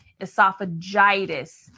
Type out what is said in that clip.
esophagitis